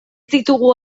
ditugu